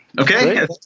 Okay